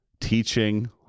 teaching